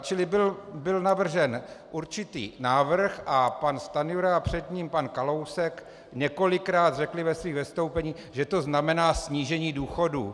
Čili byl navržen určitý návrh a pan Stanjura a před ním pan Kalousek několikrát řekli ve svých vystoupeních, že to znamená snížení důchodů.